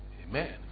Amen